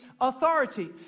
authority